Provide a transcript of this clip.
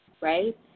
right